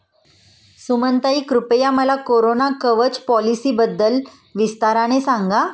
सुमनताई, कृपया मला कोरोना कवच पॉलिसीबद्दल विस्ताराने सांगा